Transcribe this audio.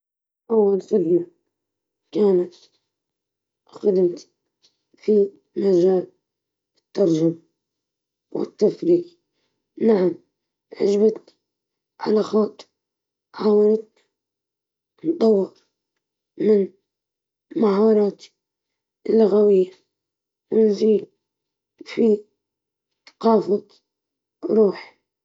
أول وظيفة كانت في مجال خدمة العملاء، استمتعت بها لأنها أعطتني فرصة للتواصل مع الناس والتعلم على كيفية التعامل مع الطلبات المختلفة.